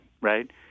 right